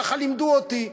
ככה לימדו אותי.